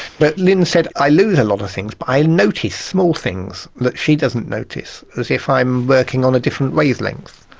but lynne said i lose a lot of things, but i notice small things that she doesn't notice, as if i'm working on a different wavelength.